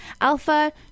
Alpha